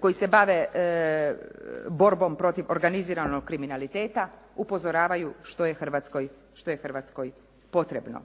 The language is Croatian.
koji se bave borbom protiv organiziranog kriminaliteta, upozoravaju što je Hrvatskoj potrebno.